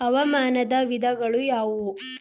ಹವಾಮಾನದ ವಿಧಗಳು ಯಾವುವು?